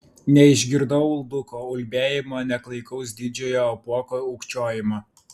neišgirdau ulduko ulbėjimo nė klaikaus didžiojo apuoko ūkčiojimo